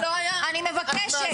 אני מבקשת.